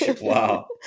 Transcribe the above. wow